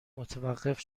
متوقف